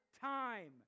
time